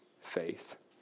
faith